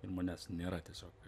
ir manęs nėra tiesiog